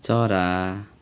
चरा